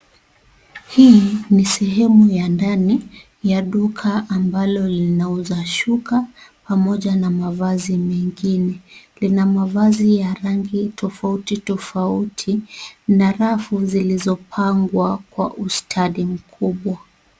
Hii ni sehemu ya ndani ya duka ambalo linauza shuka pamoja na mavazi mengine lina mavazi ya rangi tofauti, tofauti na rafu zilizo pangwa kwa ustadi mkubwa.